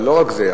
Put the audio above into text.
אבל לא רק זה.